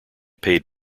paid